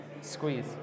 squeeze